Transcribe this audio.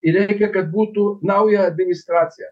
ir reikia kad būtų nauja administracija